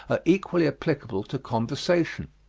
are equally applicable to conversation.